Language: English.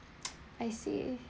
I see